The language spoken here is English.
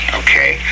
okay